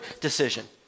decision